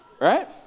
right